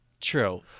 True